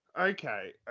okay